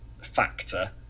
factor